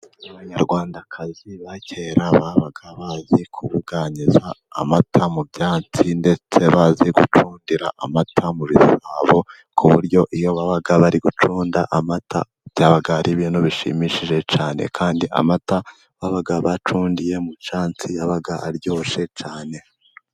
Abanyarwandakazi ba kera babaga bagiye kubuganiza amata, mu byatsi ndetse bazi gucundira amata mubisabo, ku buryo iyo babaga bari gucunda amata byabaga ari ibintu bishimishije cyane, kandi amata babaga bacundiye mu cyansi yabaga aryoshye cyane.